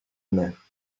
mère